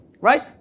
right